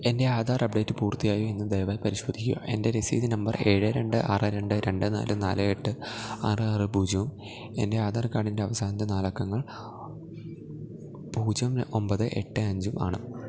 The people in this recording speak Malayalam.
എൻ്റെ ആധാറപ്ഡേറ്റ് പൂർത്തിയായോ എന്നു ദയവായി പരിശോധിക്കുക എൻ്റെ രസീത് നമ്പർ ഏഴ് രണ്ട് ആറ് രണ്ട് രണ്ട് നാല് നാല് എട്ട് ആറ് ആറ് പൂജ്യവും എൻ്റെ ആധാർ കാർഡിൻ്റെ അവസാനത്തെ നാലക്കങ്ങൾ പൂജ്യം ഒമ്പത് എട്ട് അഞ്ചും ആണ്